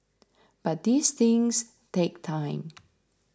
but these things take time